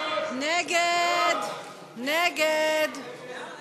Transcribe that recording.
סעיף תקציבי 67, בריאות,